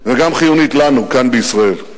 וגם חיונית לנו כאן בישראל.